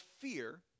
fear